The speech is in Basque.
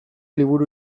liburu